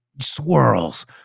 swirls